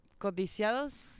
codiciados